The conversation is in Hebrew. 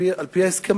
על-פי ההסכם,